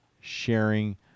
sharing